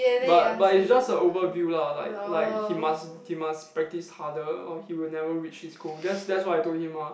but but is just a overview lah like like he must he must practice harder or he will never reach his goal that's that's what I told him ah